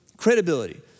Credibility